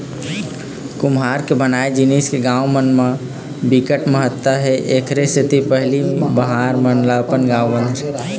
कुम्हार के बनाए जिनिस के गाँव मन म बिकट महत्ता हे एखरे सेती पहिली महार मन ह अपन गाँव बांधे राहय